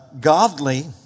godly